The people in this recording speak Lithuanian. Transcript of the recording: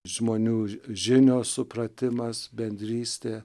žmonių žinios supratimas bendrystė